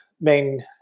main